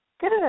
Good